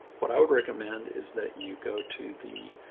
what i would recommend is that you go to the,